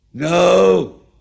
No